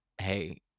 hey